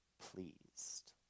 pleased